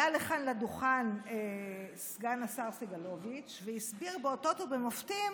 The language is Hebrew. עלה לכאן לדוכן סגן השר סגלוביץ' והסביר באותות ובמופתים